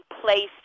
placed